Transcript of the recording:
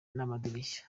n’amadirishya